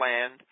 land